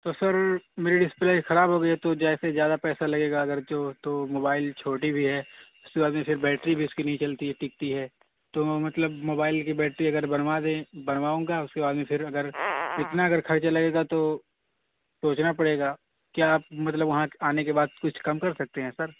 سر میری ڈسپلے خراب ہو گئی ہے تو جیسے زیادہ پیسہ لگے گا اگر جو تو موبائل چھوٹی بھی ہے اس کے بعد ابھی پھر بیٹری بھی اس کی نہیں چلتی ہے ٹکتی ہے تو میں مطلب موبائل کی بیٹری اگر بنوا دیں بنواؤں گا اس کے بعد میں پھر اگر اتنا اگر خرچہ لگے گا تو سوچنا پڑے گا کیا آپ مطلب وہاں آنے کے بعد کچھ کم کر سکتے ہیں سر